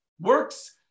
works